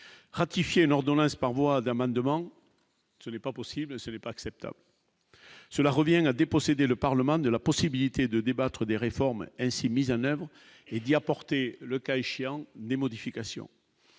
ratifier une ordonnance par voie d'amendement, ce n'est pas possible, ce n'est pas acceptable, cela revient à déposséder le parlement de la possibilité de débattre des réformes ainsi mises en oeuvre et d'y apporter le cas échéant des modifications,